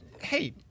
hey